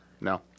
No